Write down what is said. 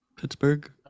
Pittsburgh